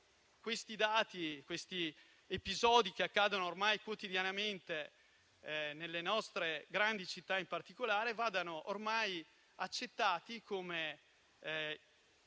come se questi episodi che accadono ormai quotidianamente nelle nostre grandi città in particolare vadano ormai accettati come